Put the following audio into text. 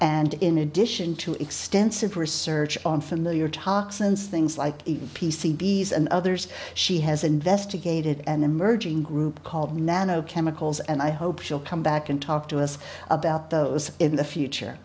and in addition to extensive research on familiar toxins things like p c bees and others she has investigated an emerging group called nano chemicals and i hope she'll come back and talk to us about those in the future